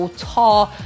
tall